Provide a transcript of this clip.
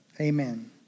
amen